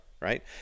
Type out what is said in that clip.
right